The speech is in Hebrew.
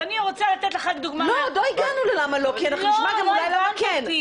לא נותנים לי